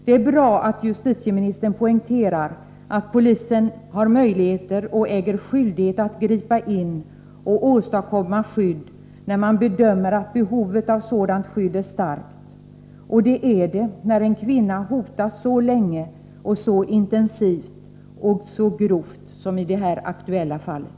Det är bra att justitieministern poängterar att polisen har möjligheter och äger skyldighet att gripa in och åstadkomma skydd när den bedömer att behovet av sådant skydd är starkt, och det är det när en kvinna hotas så länge och så intensivt och grovt som i det här aktuella fallet.